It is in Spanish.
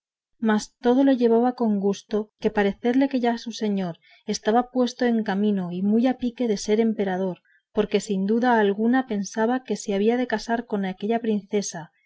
mas todo lo llevaba con gusto por parecerle que ya su señor estaba puesto en camino y muy a pique de ser emperador porque sin duda alguna pensaba que se había de casar con aquella princesa